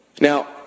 Now